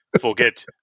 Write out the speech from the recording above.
forget